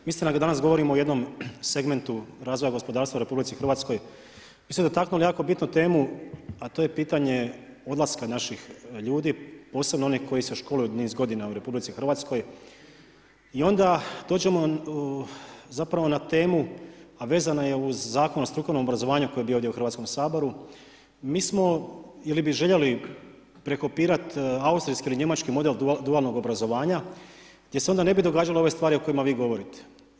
Istina mi danas govorimo o jednom segmentu razvoja gospodarstva u RH, mi smo dotaknuli jako bitnu temu, a to je pitanje odlaska naših ljudi, posebno onih koji se školuju niz godina u RH i onda dođemo zapravo na temu, a vezana je uz Zakon o strukovnom obrazovanju koji je bio u Hrvatskom saboru, mi smo ili bi željeli prekopirat austrijski ili njemački model dualnog obrazovanja gdje se onda ne bi događale ove stvari o kojima vi govorite.